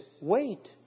wait